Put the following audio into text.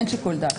אין שיקול דעת.